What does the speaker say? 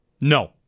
No